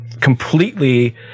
completely